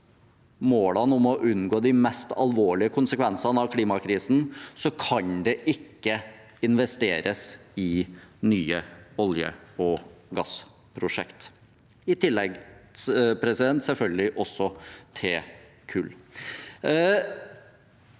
målene om å unngå de mest alvorlige konsekvensene av klimakrisen, kan det ikke investeres i nye olje- og gassprosjekter – eller i kull,